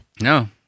No